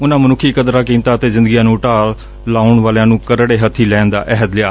ਉਨਾਂ ਮਨੁੱਖੀ ਕਦਰਾਂ ਕੀਮਤਾਂ ਅਤੇ ਜ਼ਿੱਦਗੀਆਂ ਨੁੰ ਢਾਹ ਲਾਉਣ ਵਾਲਿਆਂ ਨੁੰ ਕਰਤੇ ਹੱਬੀ ਲੈਣ ਦਾ ਅਹਿਦ ਲਿਆ